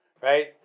right